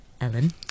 Ellen